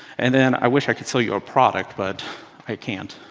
and then i wish i could sell you a product, but i can't.